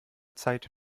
zeit